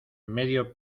medio